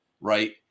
right